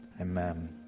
Amen